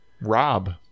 Rob